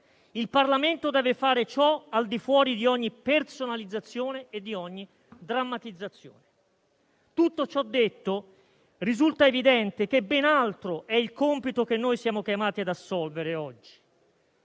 Il Parlamento deve fare ciò al di fuori di ogni personalizzazione e di ogni drammatizzazione. Tutto ciò detto, risulta evidente che ben altro è il compito che noi siamo chiamati ad assolvere oggi.